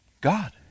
God